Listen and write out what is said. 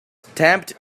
stampeded